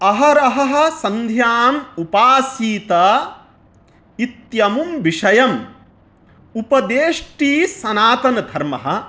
अहरहः सन्ध्याम् उपासीत इत्यमुं विषयम् उपदेष्टि सनातनधर्मः